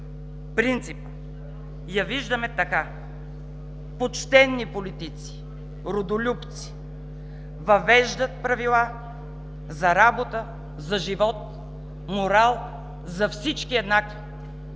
принципно я виждаме така: почтени политици, родолюбци, въвеждат правила за работа, за живот, морал за всички еднакво